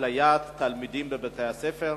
אפליית תלמידים בבתי-ספר.